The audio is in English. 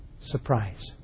Surprise